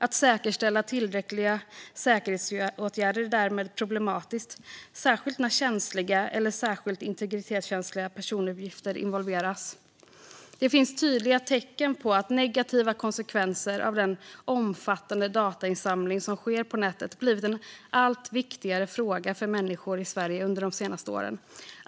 Att säkerställa tillräckliga säkerhetsåtgärder är därmed problematiskt, speciellt när känsliga eller särskilt integritetskänsliga personuppgifter involveras. Det finns tydliga tecken på att negativa konsekvenser av den omfattande datainsamling som sker på nätet har blivit en allt viktigare fråga för människor i Sverige under de senaste åren.